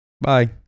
Bye